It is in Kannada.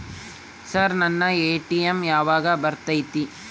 ಸರ್ ನನ್ನ ಎ.ಟಿ.ಎಂ ಯಾವಾಗ ಬರತೈತಿ?